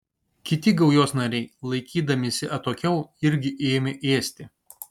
kiti gaujos nariai laikydamiesi atokiau irgi ėmė ėsti